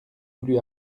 voulu